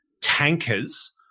tankers